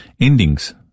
endings